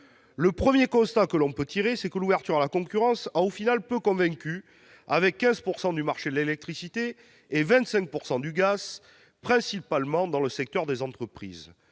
Le premier constat que l'on peut tirer, c'est que l'ouverture à la concurrence a au final peu convaincu, avec 15 % du marché de l'électricité et 25 % de celui du gaz, principalement dans le secteur des entreprises.